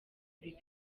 bibiri